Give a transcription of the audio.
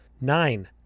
Nine